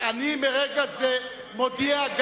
אני מרגע זה מודיע,